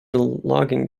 logging